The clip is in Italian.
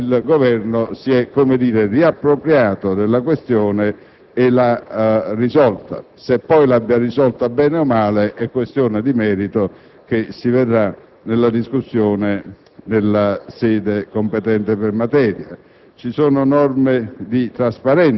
da trattare in altra sede), il Governo si è riappropriato della questione e l'ha risolta. Se poi l'abbia risolta bene o male, è questione di merito che si valuterà nella discussione nella sede competente per materia.